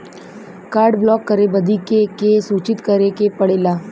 Card block करे बदी के के सूचित करें के पड़ेला?